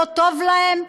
לא טוב להם?